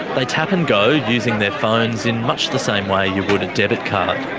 they tap and go using their phones in much the same way you would a debit card.